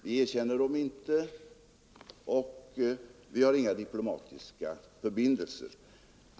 Vi erkänner den inte och vi har inga diplomatiska förbindelser med den.